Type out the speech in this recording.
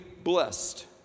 blessed